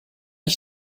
ich